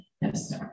Yes